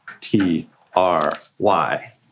T-R-Y